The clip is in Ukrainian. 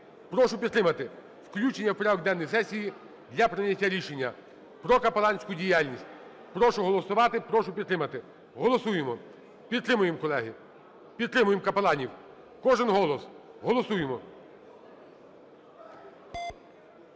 Прошу підтримати включення в порядок денний сесії для прийняття рішення про капеланську діяльність. Прошу голосувати, прошу підтримати. Голосуємо. Підтримуємо, колеги. Підтримуємо капеланів, кожен голос. Голосуємо.